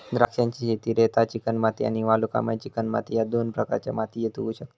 द्राक्षांची शेती रेताळ चिकणमाती आणि वालुकामय चिकणमाती ह्य दोन प्रकारच्या मातीयेत होऊ शकता